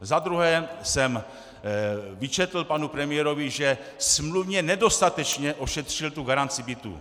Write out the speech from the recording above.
Za druhé jsem vyčetl panu premiérovi, že smluvně nedostatečně ošetřil garanci bytů.